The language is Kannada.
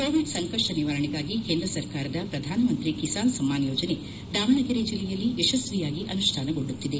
ಕೋವಿಡ್ ಸಂಕಷ್ನ ನಿವಾರಣೆಗಾಗಿ ಕೇಂದ್ರ ಸರ್ಕಾರದ ಪ್ರಧಾನಮಂತ್ರಿ ಕಿಸಾನ್ ಸಮ್ಮಾನ್ ಯೋಜನೆ ದಾವಣಗೆರೆ ಜಿಲ್ಲೆಯಲ್ಲಿ ಯಶಸ್ವಿಯಾಗಿ ಅನುಷ್ವಾನಗೊಳ್ಳುತ್ತಿದೆ